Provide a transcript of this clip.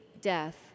death